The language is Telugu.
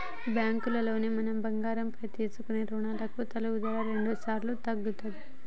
బ్యాంకులో మనం బంగారం పైన తీసుకునే రుణాలకి తరుగుదల రెండుసార్లు తగ్గుతది